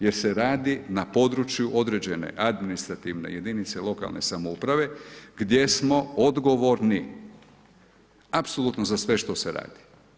Jer se radi na području određene administrativne jedinice lokalne samouprave, gdje smo odgovorni apsolutno za sve što se radi.